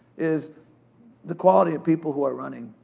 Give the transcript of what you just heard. is the quality of people who are running.